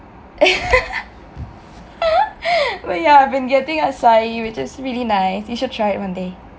well yah I've been getting acai which is really nice you should try it one day